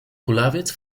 kulawiec